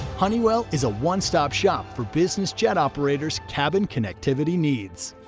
honeywell is a one-stop shop for business jet operators cabin connectivity needs.